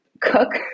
cook